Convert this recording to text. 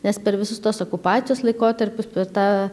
nes per visus tuos okupacijos laikotarpiu per tą